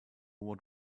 what